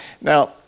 Now